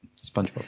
Spongebob